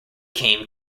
came